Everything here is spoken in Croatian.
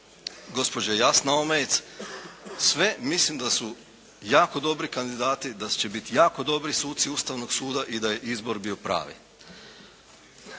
gospođa Jasna Omejec, sve mislim da su jako dobro kandidati, da će biti jako dobri suci Ustavnog suda i da je izbor bio pravi.